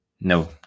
No